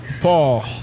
Paul